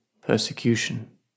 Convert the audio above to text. persecution